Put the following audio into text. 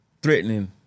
Threatening